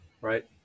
right